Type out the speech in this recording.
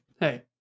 hey